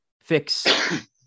fix